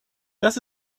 das